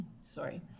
sorry